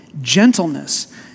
gentleness